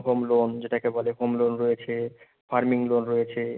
home loan যেটাকে বলে home loan রয়েছে ফার্মিং লোন রয়েছে